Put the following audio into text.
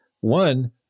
one